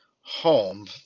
home